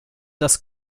dass